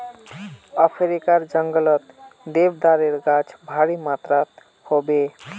अफ्रीकार जंगलत देवदारेर गाछ भारी मात्रात ह बे